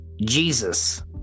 Jesus